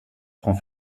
prend